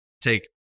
take